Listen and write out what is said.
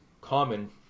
common